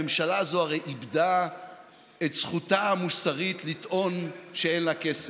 הרי הממשלה הזאת איבדה את זכותה המוסרית לטעון שאין לה כסף.